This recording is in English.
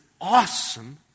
awesome